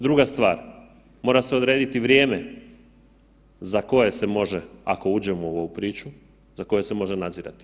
Druga stvar, mora se odrediti vrijeme za koje se može, ako uđemo u ovu priču, za koje se može nadzirati.